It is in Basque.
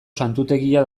santutegia